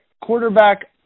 quarterback